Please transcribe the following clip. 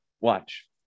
Watch